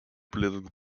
political